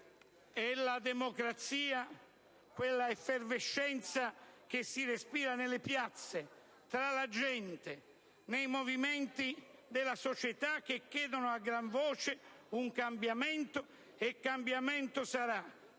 E' la democrazia quella effervescenza che si respira nelle piazze, tra la gente, nei movimenti della società, che chiedono a gran voce un cambiamento: e cambiamento sarà.